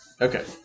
Okay